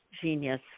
genius